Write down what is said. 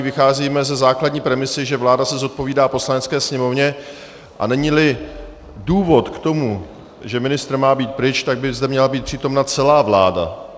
Vycházíme ze základní premisy, že vláda se zodpovídá Poslanecké sněmovně, a neníli důvod k tomu, že ministr má být pryč, tak by zde měla být přítomna celá vláda.